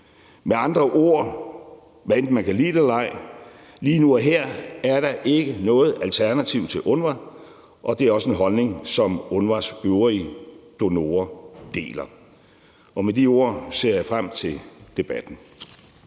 Med andre ord, hvad enten man kan lide det eller ej: Lige nu og her er der ikke noget alternativ til UNRWA, og det er også en holdning, som UNRWA's øvrige donorer deler. Med de ord ser jeg frem til debatten.